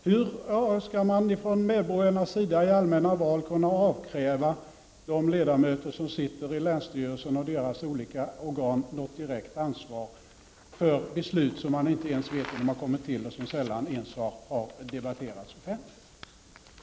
Hur skall medborgarna i allmänna val kunna avkräva de ledamöter som sitter i länsstyrelserna och deras olika organ något direkt ansvar för beslut som de inte ens vet hur de har kommit till, beslut som sällan ens har debatterats offentligt?